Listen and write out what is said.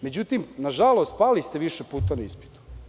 Međutim, nažalost, pali ste vi više puta na ispitu.